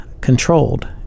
controlled